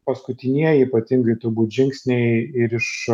paskutinieji ypatingai turbūt žingsniai ir iš